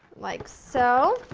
like so.